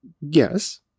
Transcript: Yes